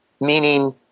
meaning